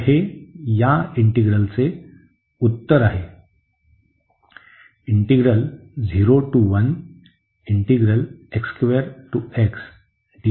तर हे या इंटीग्रलचे उत्तर आहे